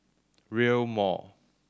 Rail Mall